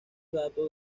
datos